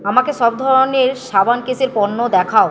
আমাকে সব ধরনের সাবান কেসের পণ্য দেখাও